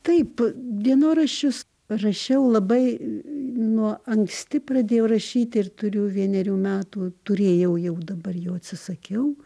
taip dienoraščius rasčiau labai nuo anksti pradėjau rašyti ir turiu vienerių metų turėjau jau dabar jau atsisakiau